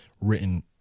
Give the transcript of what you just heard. written